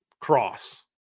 cross